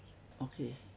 okay